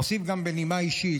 אוסיף גם בנימה אישית,